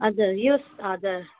हजुर यस हजुर